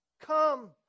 Come